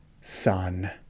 son